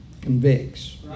convicts